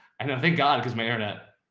and i think god, cause my internet.